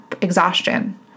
exhaustion